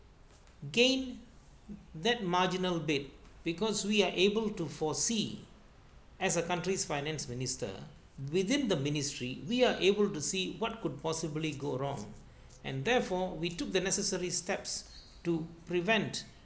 gain that marginal bit because we are able to foresee as a country's finance minister within the ministry we are able to see what could possibly go wrong and therefore we took the necessary steps to prevent